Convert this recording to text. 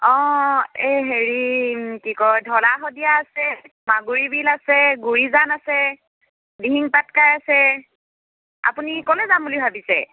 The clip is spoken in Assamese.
অ এই হেৰি কি কয় ঢলা শদিয়া আছে মাগুৰি বিল আছে গুড়িজান আছে দিহিং পাটকাই আছে আপুনি ক'লৈ যাম বুলি ভাবিছে